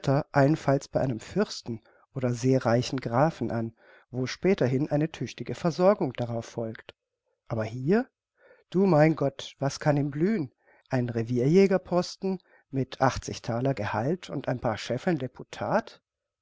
allenfalls bei einem fürsten oder sehr reichen grafen an wo späterhin eine tüchtige versorgung darauf folgt aber hier du mein gott was kann ihm blühen ein revierjäger posten mit achtzig thaler gehalt und ein paar scheffeln deputat